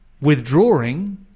withdrawing